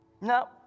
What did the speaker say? no